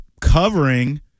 covering